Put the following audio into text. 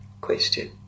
Question